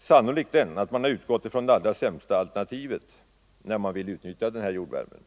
sannolikt den att man har utgått från det allra sämsta alternativet - Om användning av när man beräknat jordvärmens uppvärmningsmöjligheter.